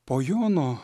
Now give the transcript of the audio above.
po jono